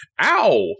ow